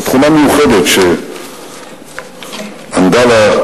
זו תכונה מיוחדת שעמדה לה,